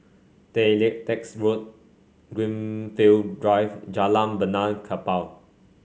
Tay Lian Teck Road Greenfield Drive Jalan Benaan Kapal